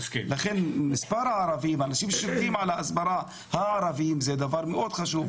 לכן מספר הערבים ששוקדים על ההסברה לערבים זה דבר מאוד חשוב.